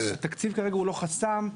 התקציב כרגע הוא לא חסם.